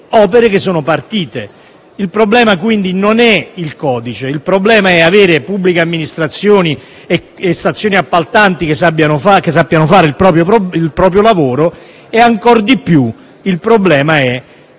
opere sono partite. Il problema, quindi, non è il codice, ma avere pubbliche amministrazioni e stazioni appaltanti che sappiano fare il proprio lavoro e - ancora di più - soldi